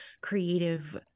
creative